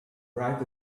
right